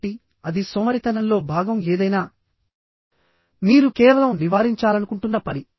కాబట్టి అది సోమరితనంలో భాగం ఏదైనా మీరు కేవలం నివారించాలనుకుంటున్న పని